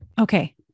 Okay